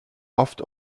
oft